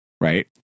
right